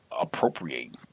appropriate